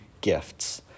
gifts